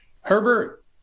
Herbert